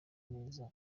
neza